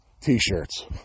t-shirts